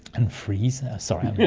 and freeze. sorry! yeah